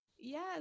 Yes